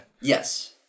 Yes